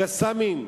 "קסאמים"